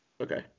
Okay